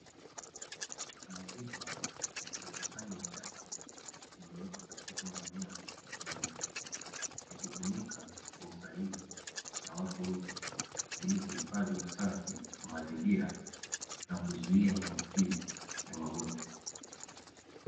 Mapipa ya kukusanya uchafu, yalilyowekwa katika maeneo muhimu. Yakitumika kwa usahihi na watu wote, ili kuifadhi usafi wa mazingira, na kuzuia maambukizi ya magonjwa.